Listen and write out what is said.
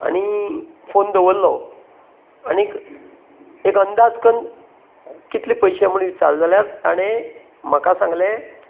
आनी फोन दवरलो आनीक एक अंदाज करून कितलें पयशें म्हूण विचालें जाल्यार ताणें म्हाका सांगलें